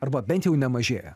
arba bent jau nemažėja